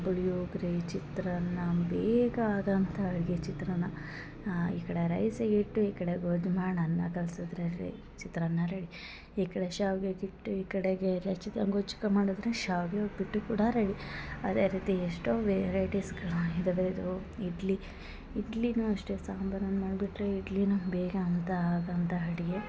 ಪುಳ್ಯೋಗರೆ ಚಿತ್ರಾನ್ನ ಬೇಗ ಆಗೊಂಥ ಅಡ್ಗೆ ಚಿತ್ರಾನ್ನ ಈ ಕಡೆ ರೈಸಿಗೆ ಇಟ್ಟು ಈ ಕಡೆ ಗೊಜ್ಜು ಮಾಡಿ ಅನ್ನ ಕಲ್ಸಿದ್ರೆ ರೇ ಚಿತ್ರಾನ್ನ ರೆಡಿ ಈ ಕಡೆ ಶಾವ್ಗೆಕ್ ಇಟ್ ಈ ಕಡೆಗೆ ರೆಚಿತಮ್ ಗೊಚ್ಕ ಮಾಡಿದರೆ ಶಾವ್ಗೆ ಉಪ್ಪಿಟ್ಟು ಕೂಡ ರೆಡಿ ಅದೇ ರೀತಿ ಎಷ್ಟೋ ವೆರೈಟಿಸ್ಗಳ್ ಇದವೇ ದೋ ಇಡ್ಲಿ ಇಡ್ಲಿಗ್ನ್ ಅಷ್ಟೇ ಸಾಂಬರ್ ಒಂದು ಮಾಡ್ಬಿಟ್ಟರೆ ಇಡ್ಲಿನೂ ಬೇಗ ಅಂಥ ಆಗ ಅಂಥ ಅಡಿಗೆ